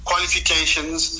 qualifications